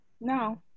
no